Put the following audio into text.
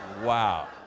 wow